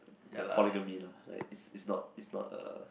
the polygamy lah like is is not is not a